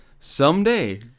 someday